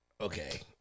Okay